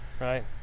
Right